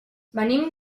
venim